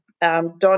Don